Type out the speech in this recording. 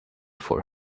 for